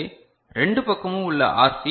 எனவே ரெண்டு பக்கமும் உள்ள ஆர்